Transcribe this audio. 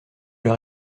leur